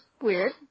Weird